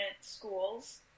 schools